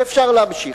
ואפשר להמשיך.